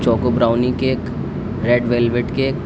choco brownie cake red velvet cake